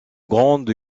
grande